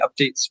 updates